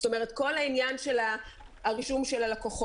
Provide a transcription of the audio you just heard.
זאת אומרת כל העניין של הרישום של הלקוחות,